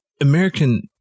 American